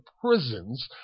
prisons